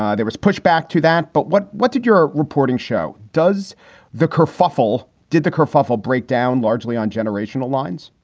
um there was pushback to that. but what what did your reporting show? does the curfuffle, did the curfuffle break down largely on generational lines?